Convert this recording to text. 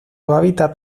hábitat